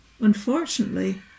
unfortunately